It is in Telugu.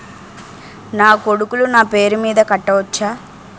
నా కొడుకులు నా పేరి మీద కట్ట వచ్చా?